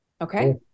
Okay